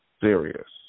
serious